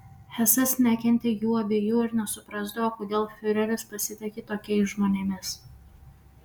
hesas nekentė jų abiejų ir nesuprasdavo kodėl fiureris pasitiki tokiais žmonėmis